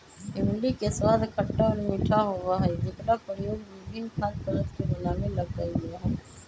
इमली के स्वाद खट्टा और मीठा होबा हई जेकरा प्रयोग विभिन्न खाद्य पदार्थ के बनावे ला कइल जाहई